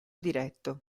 diretto